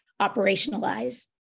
operationalize